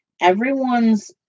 everyone's